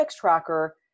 tracker